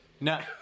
no